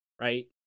right